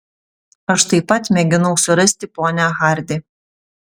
aš taip pat mėginau surasti ponią hardi